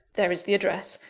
there is the address.